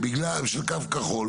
לדרוש הגדל של קו כחול